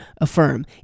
affirm